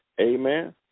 Amen